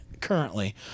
currently